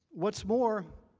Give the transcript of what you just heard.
what's more,